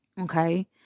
okay